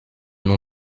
nom